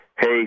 Hey